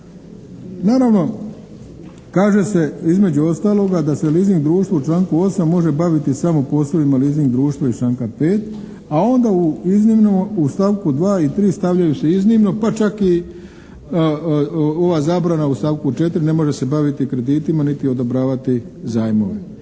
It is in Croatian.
Naravno, kaže se između ostaloga da se leasing društvo u članku 8. može baviti samo poslovima leasing društva iz članka 5. a onda u iznimno u stavku 2. i 3. stavljaju se iznimno pa čak i ova zabrana u stavku 4. ne može se baviti kreditima niti odobravati zajmove.